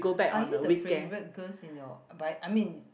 are you the favourite girls in your but I mean